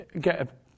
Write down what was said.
get